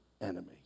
enemy